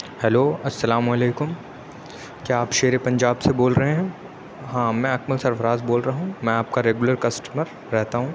hello السّلام علیکم کیا آپ شیرے پنجاب سے بول رہے ہیں ہاں میں اکمل سرفراز بول رہا ہوں میں آپ کا ریگولر کسٹمر رہتا ہوں